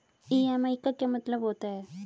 EMI का क्या मतलब होता है?